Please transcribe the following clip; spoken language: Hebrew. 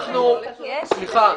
אנחנו מבינים,